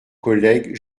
collègue